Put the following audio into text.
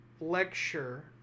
lecture